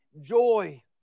joy